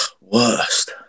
Worst